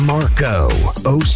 Marco